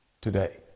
Today